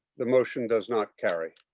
the motion does not carry.